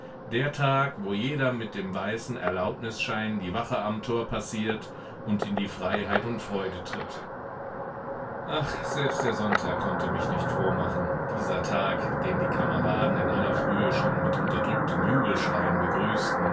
der tag wo jeder mit dem weißen erlaubnisschein die wache am tor passiert und in die freiheit und freude tritt ach selbst der sonntag konnte mich nicht froh machen dieser tag den die kameraden in aller frühe schon mit unterdrückten jubelschreien begrüßten